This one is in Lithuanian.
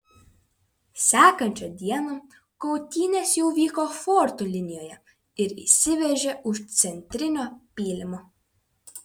sekančią dieną kautynės jau vyko fortų linijoje ir įsiveržė už centrinio pylimo